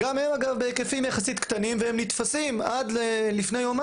מתנדבים וגם באמת יש גורמים שעושים עבודה באמת טובה